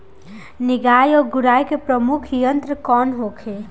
निकाई और गुड़ाई के प्रमुख यंत्र कौन होखे?